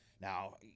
Now